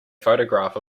photograph